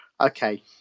Okay